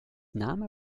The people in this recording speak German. name